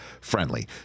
friendly